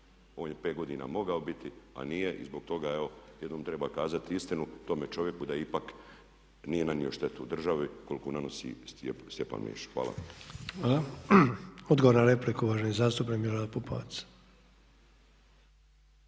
On je pet godina mogao biti a nije a zbog toga evo jednom treba kazati istinu tome čovjeku da ipak nije nanio štetu državi koliko nanosi Stjepan Mesić. Hvala. **Sanader, Ante (HDZ)** Hvala. Odgovor na repliku, uvaženi zastupnik Milorad Pupovac.